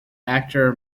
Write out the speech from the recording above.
actor